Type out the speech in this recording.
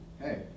Hey